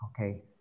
Okay